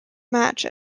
match